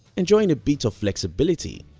enjoying a bit of flexibility,